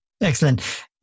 Excellent